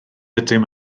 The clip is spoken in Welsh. ydym